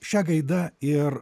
šia gaida ir